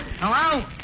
Hello